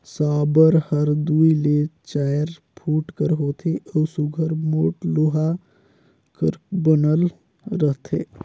साबर हर दूई ले चाएर फुट कर होथे अउ सुग्घर मोट लोहा कर बनल रहथे